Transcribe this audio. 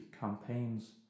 campaigns